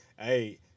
Hey